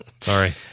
Sorry